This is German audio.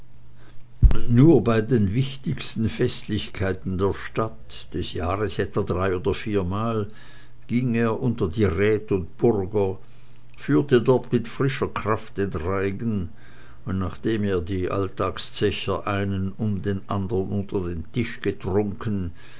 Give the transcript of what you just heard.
nur bei den wichtigsten festlichkeiten der stadt des jahres etwa drei oder viermal ging er unter die rät und bürger führte dort mit frischer kraft den reigen und nachdem er die alltagszecher einen um den andern unter den tisch getrunken